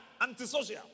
antisocial